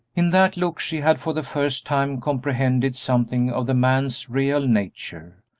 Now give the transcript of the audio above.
in that look she had for the first time comprehended something of the man's real nature,